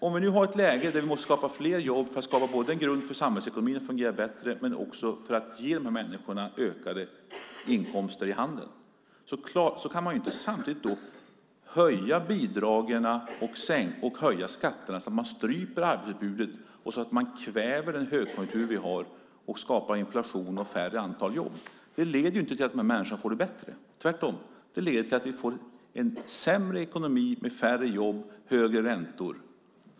Om vi nu har ett läge där vi måste skapa fler jobb för att grunden för samhällsekonomin ska fungera bättre och för att kunna ge dessa människor ökade inkomster i handen kan vi inte samtidigt höja både bidragen och skatterna så att vi stryper arbetsutbudet, kväver den högkonjunktur vi har och skapar inflation och ett färre antal jobb. Det leder inte till att dessa människor får det bättre. Tvärtom leder det till att vi får en sämre ekonomi med färre jobb och högre räntor.